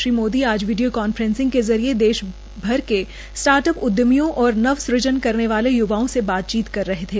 श्री मोदी आज video conferencing के ज़रिये देश भर के स्टार्टअप उद्यमियों और नवसुजन करने वाले य्वाओं से बातचीत करे रहे थे